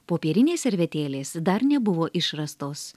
popierinės servetėlės dar nebuvo išrastos